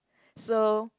so